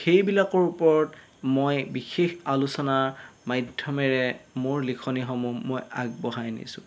সেইবিলাকৰ ওপৰত মই বিশেষ আলোচনাৰ মাধ্যমেৰে মোৰ লিখনিসমূহ মই আগবঢ়াই আনিছোঁ